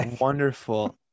Wonderful